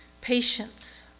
patience